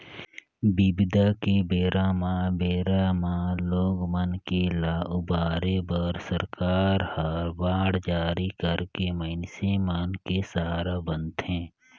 बिबदा के बेरा म बेरा म लोग मन के ल उबारे बर सरकार ह बांड जारी करके मइनसे मन के सहारा बनथे